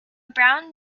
brown